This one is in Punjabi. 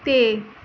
ਅਤੇ